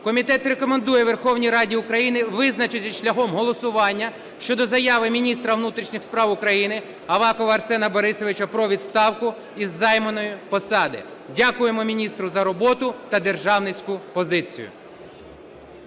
комітет рекомендує Верховній Раді України визначитися шляхом голосування щодо заяви міністра внутрішніх справ України Авакова Арсена Борисовича про відставку із займаної посади. Дякуємо міністру за роботу та державницьку позицію.